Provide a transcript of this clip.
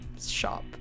shop